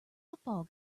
football